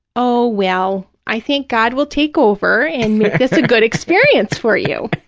oh, well, i think god will take over and make this a good experience for you,